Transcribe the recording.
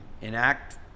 enact